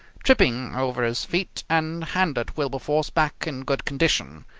tripping over his feet, and handed wilberforce back in good condition.